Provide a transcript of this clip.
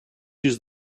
used